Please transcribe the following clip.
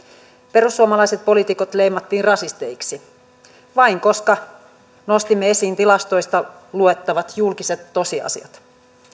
perussuomalaiset poliitikot leimattiin rasisteiksi vain koska nostimme esiin tilastoista luettavat julkiset tosiasiat